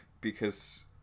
because-